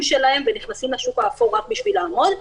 שלהם והם נכנסים לשוק האפור רק בשביל לעמוד בזה.